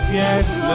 yes